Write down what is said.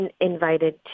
invited